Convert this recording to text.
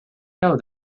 know